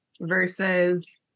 versus